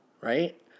right